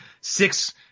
six